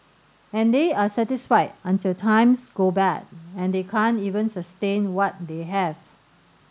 and they are satisfied until times go bad and they can't even sustain what they have